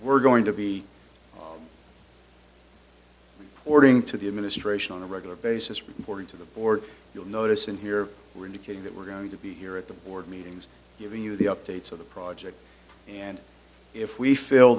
we're going to be reporting to the administration on a regular basis reporting to the board you'll notice in here we're indicating that we're going to be here at the board meetings giving you the updates of the project and if we feel